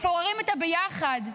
מפוררים את הביחד.